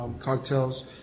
cocktails